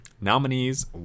Nominees